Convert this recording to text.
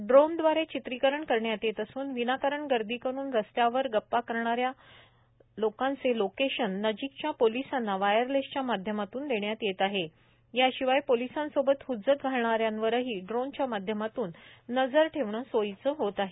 drone द्वारे चित्रीकरण करण्यात येत असून विनाकारण गर्दी करुन रस्त्यावर गप्पा रंगवीणाऱ्यांचे लोकेशन नजिकच्या पोलिसांना वायरलेस च्या माध्यमातून देण्यात येत आहे याशिवाय पोलिसांसोबत हज्जत घालणाऱ्यांवरही ड्रोन च्या माध्यमातून नजर ठेवणे सोईचे होत आहे